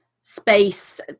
space